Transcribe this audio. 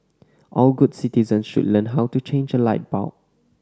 all good citizen should learn how to change a light bulb